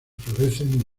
florecen